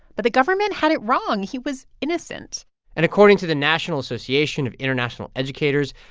but the government had it wrong. he was innocent and according to the national association of international educators,